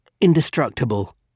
indestructible